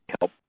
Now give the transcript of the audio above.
help